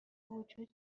وجود